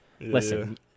Listen